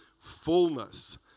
fullness